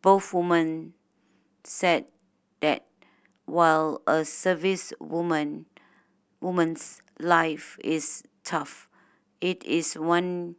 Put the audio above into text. both woman said that while a servicewoman woman's life is tough it is one